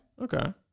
Okay